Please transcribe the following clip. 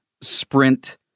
sprint